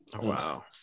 wow